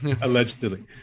Allegedly